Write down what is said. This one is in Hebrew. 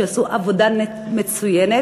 שעשו עבודה מצוינת,